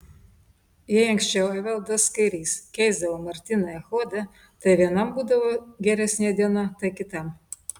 jei anksčiau evaldas kairys keisdavo martyną echodą tai vienam būdavo geresnė diena tai kitam